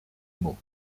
meaux